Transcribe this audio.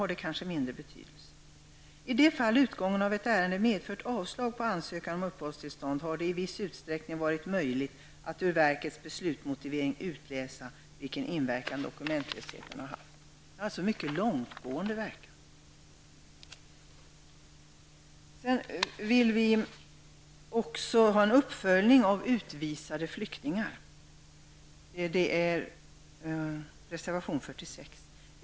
Jag fortsätter citatet: ''I de fall utgången av ett ärende medfört avslag på ansökan om uppehållstillstånd har det i viss utsträckning varit möjligt att ur verkets beslutsmotivering utläsa vilken inverkan dokumentlösheten har haft.'' Det har alltså mycket långtgående verkan. Vi vill också -- i reservation 46 -- ha en uppföljning av utvisade flyktingar.